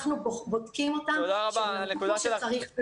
אנחנו בודקים אותן שילמדו כמו שצריך,